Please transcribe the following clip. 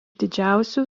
didžiausių